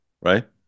Right